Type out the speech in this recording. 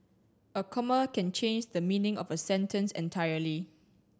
a comma can change the meaning of a sentence entirely